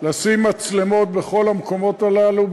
לשים מצלמות בכל המקומות הללו,